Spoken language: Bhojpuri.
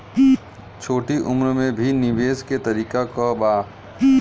छोटी उम्र में भी निवेश के तरीका क बा?